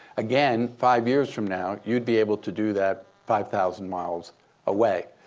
again, five years from now, you'd be able to do that five thousand miles away.